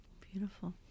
beautiful